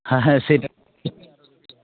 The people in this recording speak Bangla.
হ্যাঁ হ্যাঁ সেটা